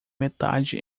metade